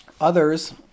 Others